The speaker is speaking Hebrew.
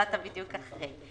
באת בדיוק אחרי.